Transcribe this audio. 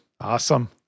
Awesome